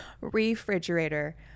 refrigerator